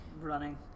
running